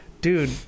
Dude